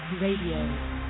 Radio